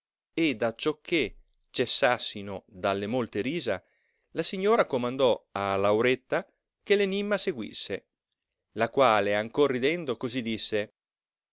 raffreddata ed acciò che cessassino dalle molte risa la signora comandò a lauretta che enimma seguisse la quale ancor ridendo così disse